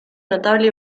notable